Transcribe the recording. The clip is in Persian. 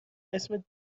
اسمت